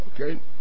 Okay